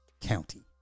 County